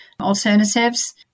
alternatives